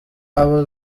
aba